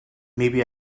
maybe